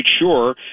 sure